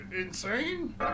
Insane